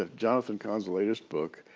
ah jonathan cahn's latest book.